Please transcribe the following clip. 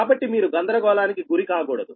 కాబట్టి మీరు గందరగోళానికి గురి కాకూడదు